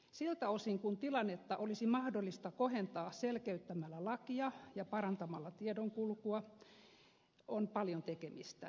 siltä osin kuin tilannetta olisi mahdollista kohentaa selkeyttämällä lakia ja parantamalla tiedonkulkua on paljon tekemistä